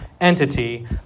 entity